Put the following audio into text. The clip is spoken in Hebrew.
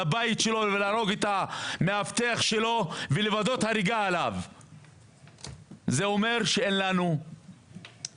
לירות במאבטח שלו ולבצע וידוא הריגה אז זה אומר שאין לנו משילות,